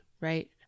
Right